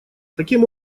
таким